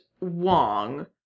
Wong